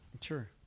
sure